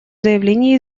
заявление